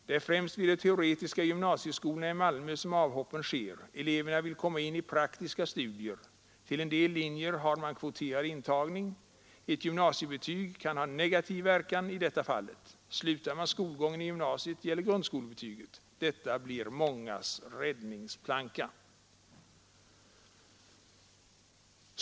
Det är främst vid de teoretiska gymnasieskolorna i Malmö som avhoppen sker. Eleverna vill komma in i praktiska studier. Till en del linjer har man kvoterad intagning. Ett gymnasiebetyg kan i sådana fall ha negativ inverkan. Slutar man skolgången i gymnasiet, gäller grundskolebetyget. Detta blir mångas räddningsplanka. Så långt tidningen Arbetet.